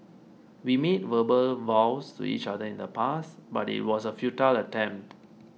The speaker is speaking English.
we made verbal vows to each other in the past but it was a futile attempt